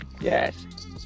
Yes